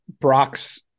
Brock's